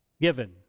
given